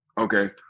Okay